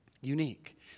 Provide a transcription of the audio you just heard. unique